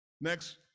Next